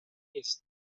نیست